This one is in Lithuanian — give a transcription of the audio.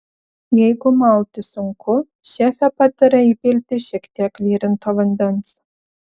jeigu malti sunku šefė pataria įpilti šie tiek virinto vandens